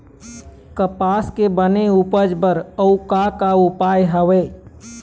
कपास के बने उपज बर अउ का का उपाय हवे?